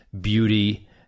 beauty